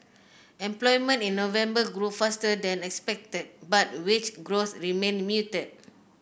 employment in November grew faster than expected but wage growth remained muted